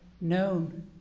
known